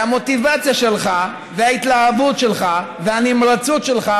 המוטיבציה שלך וההתלהבות שלך והנמרצות שלך